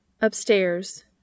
Upstairs